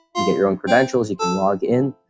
you get your own credentials, you can log in,